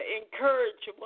encourage